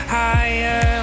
higher